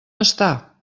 està